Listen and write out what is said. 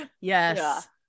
Yes